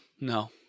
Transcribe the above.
No